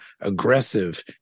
aggressive